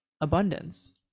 abundance